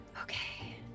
Okay